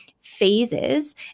phases